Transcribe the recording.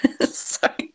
Sorry